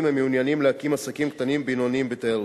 המעוניינים להקים עסקים קטנים-בינוניים בתיירות.